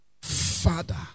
Father